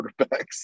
quarterbacks